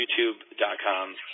YouTube.com